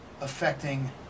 affecting